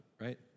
right